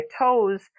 toes